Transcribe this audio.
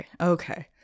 Okay